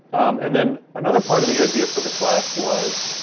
and then another part of the idea for the class was